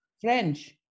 French